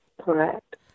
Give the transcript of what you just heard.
Correct